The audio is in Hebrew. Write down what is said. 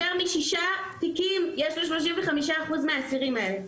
יותר משישה תיקים יש ל-35% מהאסירים האלה.